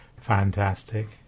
fantastic